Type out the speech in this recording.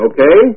Okay